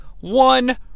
one